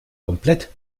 komplett